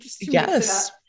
Yes